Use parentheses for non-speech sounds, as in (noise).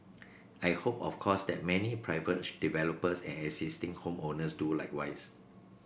I hope of course that many private (unintelligible) developers and existing home owners do likewise